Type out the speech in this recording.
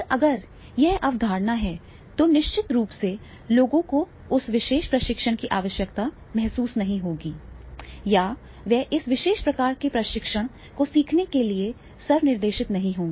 और अगर यह अवधारणा है तो निश्चित रूप से लोगों को उस विशेष प्रशिक्षण की आवश्यकता महसूस नहीं होगी या वे इस विशेष प्रकार के प्रशिक्षण को सीखने के लिए स्व निर्देशित नहीं होंगे